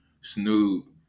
Snoop